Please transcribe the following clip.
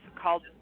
called